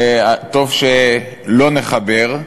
טוב שלא נחבר.